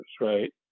right